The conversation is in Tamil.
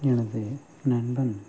எனது நண்பன்